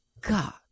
god